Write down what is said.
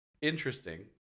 interesting